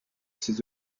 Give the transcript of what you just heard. ses